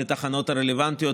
לתחנות הרלוונטיות,